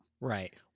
right